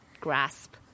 grasp